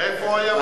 איפה הוא היה,